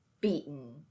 beaten